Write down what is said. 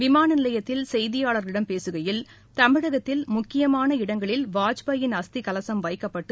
விமான நிலையத்தில் செய்தியாளர்களிடம் பேசுகையில் தமிழகத்தில் முக்கியமான இடங்களில் வாஜ்பாயின் அஸ்தி கலசம் வைக்கப்பட்டு